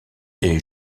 est